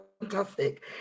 fantastic